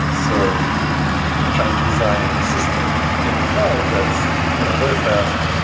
so we're trying to design a system in the cloud that's you know very fast,